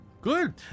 Good